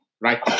Right